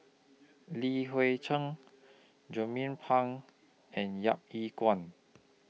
Li Hui Cheng Jernnine Pang and Yap Ee